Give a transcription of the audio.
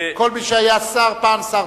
כל מי שהיה פעם שר,